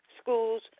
schools